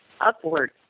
upward